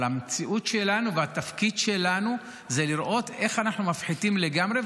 אבל המציאות שלנו והתפקיד שלנו זה לראות איך אנחנו מפחיתים לגמרי.